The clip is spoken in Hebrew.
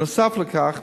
נוסף על כך,